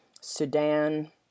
Sudan